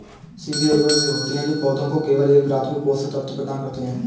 सीधे उर्वरक वे होते हैं जो पौधों को केवल एक प्राथमिक पोषक तत्व प्रदान करते हैं